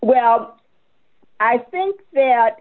well i think that